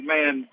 Man